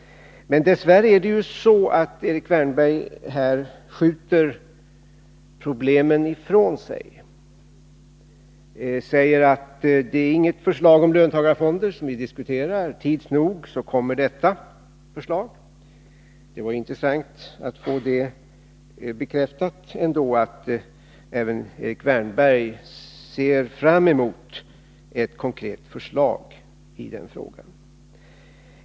Men dess värre skjuter Erik Wärnberg problemen ifrån sig. Han säger att det inte är något förslag om löntagarfonder som vi diskuterar — tids nog kommer det förslaget. Det var intressant att få detta bekräftat, att även Erik Wärnberg ser fram emot ett konkret förslag i den frågan.